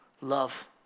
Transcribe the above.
love